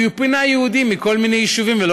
כי הוא פינה יהודים מכל מיני יישובים ולא